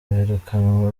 birukanwe